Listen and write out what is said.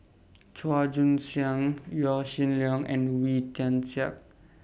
Chua Joon Siang Yaw Shin Leong and Wee Tian Siak